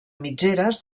mitgeres